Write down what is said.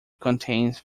contains